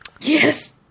Yes